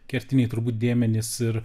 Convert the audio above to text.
kertiniai turbūt dėmenys ir